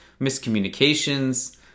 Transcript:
miscommunications